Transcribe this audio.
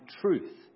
truth